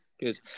good